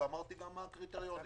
ואמרתי מה הקריטריונים.